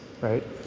right